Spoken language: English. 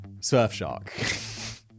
Surfshark